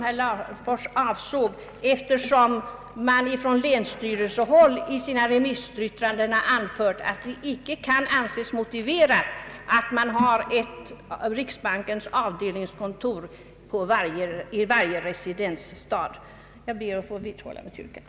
Naturligtvis har vi inte uttalat någon uppfattning om de olika kontorens skötsel, utan de synpunkter jag nyss anfört har varit avgörande. Jag ber att få vidhålla mitt yrkande.